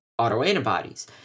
autoantibodies